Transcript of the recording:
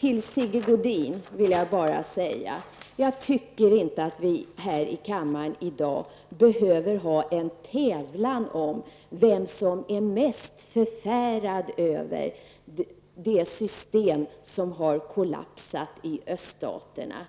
Till Sigge Godin vill jag bara säga att jag inte tycker att vi här i kammaren i dag behöver ha en tävlan om vem som är mest förfärad över det system som har kollapsat i öststaterna.